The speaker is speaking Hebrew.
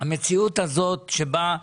להגשת הבקשה.